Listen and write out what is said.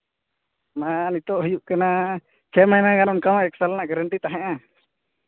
ᱚᱱᱟ ᱱᱤᱛᱚᱜ ᱦᱩᱭᱩᱜ ᱠᱟᱱᱟ ᱪᱷᱚᱭ ᱢᱟᱹᱦᱱᱟᱹ ᱜᱟᱱ ᱚᱱᱠᱟ ᱮᱠ ᱥᱟᱞ ᱨᱮᱱᱟᱜ ᱜᱮᱨᱮᱱᱴᱤ ᱛᱟᱦᱮᱸᱜᱼᱟ